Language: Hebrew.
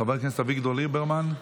חבר הכנסת אביגדור ליברמן,